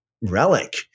relic